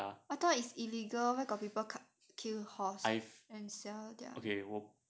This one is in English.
!huh! I thought it's illegal where got people cut kill horse and sell their